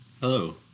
Hello